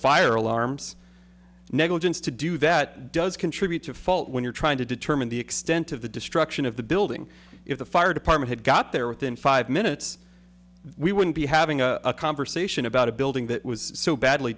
fire alarms negligence to do that does contribute to fault when you're trying to determine the extent of the destruction of the building if the fire department had got there within five minutes we wouldn't be having a conversation about a building that was so badly